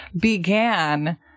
began